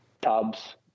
tubs